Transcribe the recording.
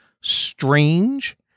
strange